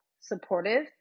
supportive